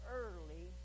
early